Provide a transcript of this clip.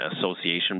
association